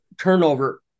turnover